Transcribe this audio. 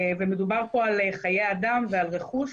מדובר פה על חיי אדם ועל רכוש.